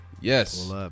Yes